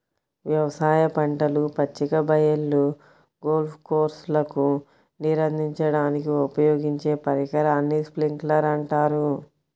వ్యవసాయ పంటలు, పచ్చిక బయళ్ళు, గోల్ఫ్ కోర్స్లకు నీరందించడానికి ఉపయోగించే పరికరాన్ని స్ప్రింక్లర్ అంటారు